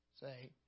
say